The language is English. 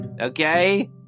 okay